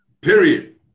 Period